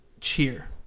cheer